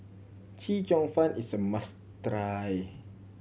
Chee Cheong Fun is a must try